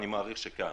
אני מעריך שכן.